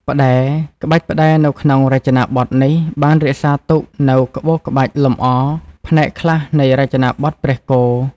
ផ្តែរ ក្បាច់ផ្តែរនៅក្នុងរចនាបថនេះ បានរក្សាទុកនូវក្បូរក្បាច់លម្អផ្នែកខ្លះនៃ រចនាបថព្រះគោ។